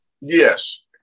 Yes